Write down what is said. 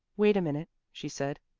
wait a minute, she said.